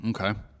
okay